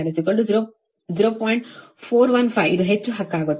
415 ಇದು ಹೆಚ್ಚು ಹಕ್ಕಾಗುತ್ತದೆ